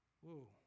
Whoa